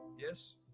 Yes